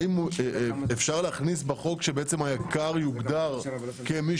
האם אפשר להכניס בחוק שבעצם היק"ר יוגדר כמי